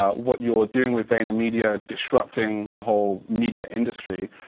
ah what you're doing with vaynermedia, disrupting the whole media industry